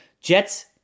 jets